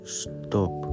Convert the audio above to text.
stop